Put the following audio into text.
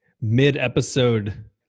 mid-episode